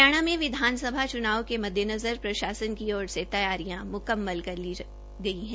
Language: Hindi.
हरियाणा में विधानसभा चुनाव के मद्देनज़र प्रशासन की ओर से तैयारियां मुकम्मल की जा रही है